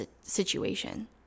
situation